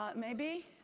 um maybe,